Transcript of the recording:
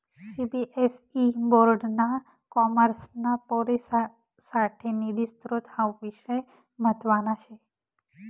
CBSE board ना कॉमर्सना पोरेससाठे निधी स्त्रोत हावू विषय म्हतवाना शे